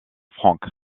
franck